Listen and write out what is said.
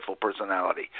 personality